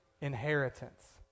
Inheritance